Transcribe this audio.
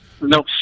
No